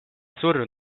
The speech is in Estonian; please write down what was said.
surnud